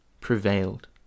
prevailed